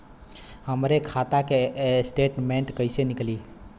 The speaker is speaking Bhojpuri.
हमरे खाता के स्टेटमेंट कइसे निकली?